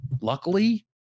Luckily